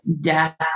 death